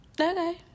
Okay